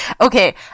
Okay